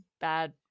bad